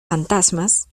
fantasmas